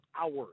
hours